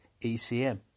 ECM